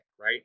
right